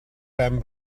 ben